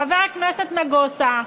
חבר הכנסת נגוסה,